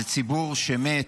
זה ציבור שמת,